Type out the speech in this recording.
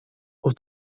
aux